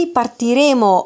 partiremo